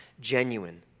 genuine